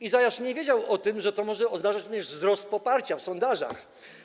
Izajasz nie wiedział o tym, że to może oznaczać również wzrost poparcia w sondażach.